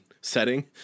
setting